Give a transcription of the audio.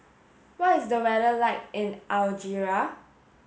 what is the weather like in Algeria